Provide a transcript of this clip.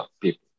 people